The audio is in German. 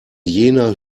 jener